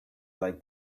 like